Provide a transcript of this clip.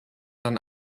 dann